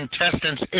contestants